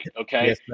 Okay